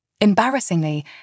Embarrassingly